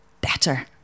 better